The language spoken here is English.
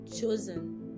chosen